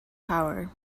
power